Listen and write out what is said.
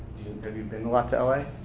have you been a lot to l a?